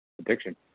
addiction